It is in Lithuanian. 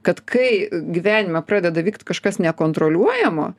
kad kai gyvenime pradeda vykt kažkas nekontroliuojamo